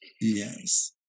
Yes